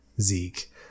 Zeke